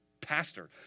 pastor